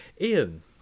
Ian